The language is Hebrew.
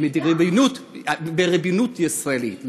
בריבונות הישראלית.